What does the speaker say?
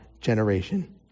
generation